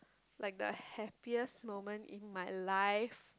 like the happiest moment in my life